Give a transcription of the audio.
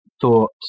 thought